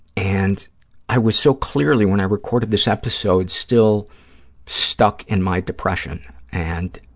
and i was so clearly, when i recorded this episode, still stuck in my depression. and